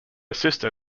sister